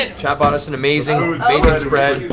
and chat bought us an amazing spread.